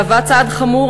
מהווה צעד חמור,